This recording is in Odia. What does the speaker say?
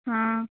ହଁ